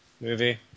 movie